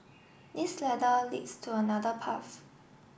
this ladder leads to another path